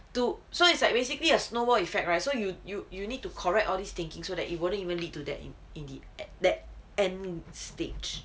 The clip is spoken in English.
to so it's like basically a snowball effect right so you you you you need to correct all these thinking so that you won't even lead to that in in the at that end stage